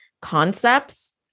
concepts